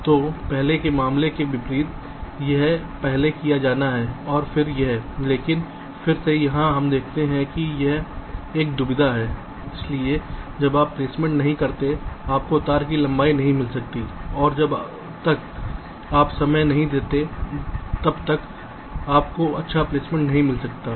तो पहले के मामले के विपरीत यह पहले किया जाना है और फिर यह लेकिन फिर से यहाँ हम देखते हैं कि एक दुविधा है इसलिए जब तक आप प्लेसमेंट नहीं करते हैं आपको तार की लंबाई नहीं मिल सकती है और जब तक आप समय नहीं देते हैं तब तक आप को अच्छा प्लेसमेंट नहीं मिल सकते हैं